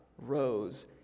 rose